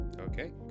okay